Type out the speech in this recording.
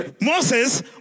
Moses